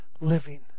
living